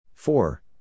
Four